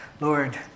Lord